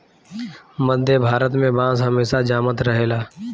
मध्य भारत में बांस हमेशा जामत रहेला